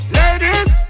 ladies